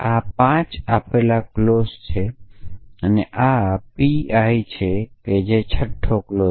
આ 5 આપેલ ક્લોઝ છે અને આ PI છે 6 ક્લોઝ